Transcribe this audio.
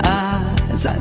eyes